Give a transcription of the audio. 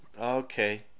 Okay